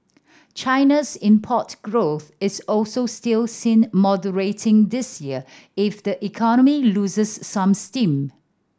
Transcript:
China's import growth is also still seen moderating this year if the economy loses some steam